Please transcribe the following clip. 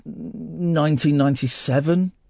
1997